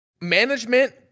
management